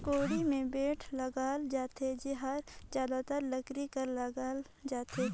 कोड़ी मे बेठ लगाल जाथे जेहर जादातर लकरी कर लगाल जाथे